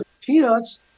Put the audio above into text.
Peanuts